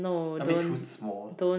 a bit too small